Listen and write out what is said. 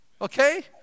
Okay